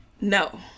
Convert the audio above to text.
No